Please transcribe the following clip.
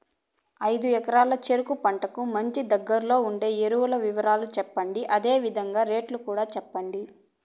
ఐదు ఎకరాల చెరుకు పంటకు మంచి, దగ్గర్లో ఉండే ఎరువుల వివరాలు చెప్పండి? అదే విధంగా రేట్లు కూడా చెప్పండి?